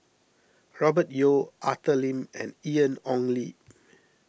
Robert Yeo Arthur Lim and Ian Ong Li